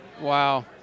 Wow